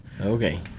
Okay